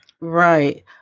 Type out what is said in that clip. Right